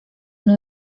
uno